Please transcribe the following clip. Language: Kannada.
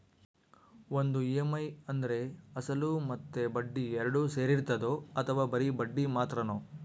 ಒಂದು ಇ.ಎಮ್.ಐ ಅಂದ್ರೆ ಅಸಲು ಮತ್ತೆ ಬಡ್ಡಿ ಎರಡು ಸೇರಿರ್ತದೋ ಅಥವಾ ಬರಿ ಬಡ್ಡಿ ಮಾತ್ರನೋ?